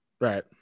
Right